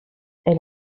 elle